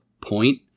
point